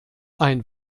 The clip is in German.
ein